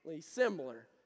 similar